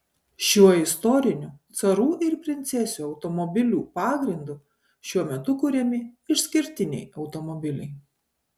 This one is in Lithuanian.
šiuo istoriniu carų ir princesių automobilių pagrindu šiuo metu kuriami išskirtiniai automobiliai